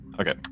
Okay